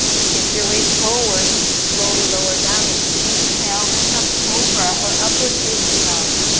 shift your weight forward, slowly lower down as you inhale. lift up, cobra, or upward facing dog.